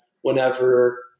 whenever